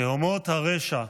תהומות הרשע,